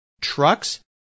trucks